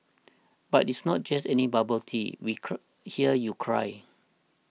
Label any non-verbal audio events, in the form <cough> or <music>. but it's not just any bubble tea we <unintelligible> hear you cry